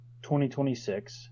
2026